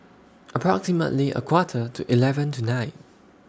approximately A Quarter to eleven tonight